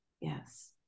Yes